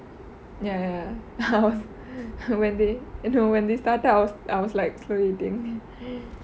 ya ya I was when they I know when they started I was I was like slowly eating